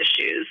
issues